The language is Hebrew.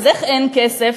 אז איך אין כסף?